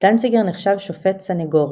דנציגר נחשב שופט סניגורי.